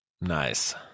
Nice